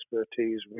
expertise